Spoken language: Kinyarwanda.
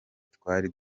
twari